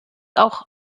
auch